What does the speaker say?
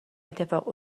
اتفاق